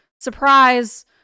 surprise